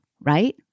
right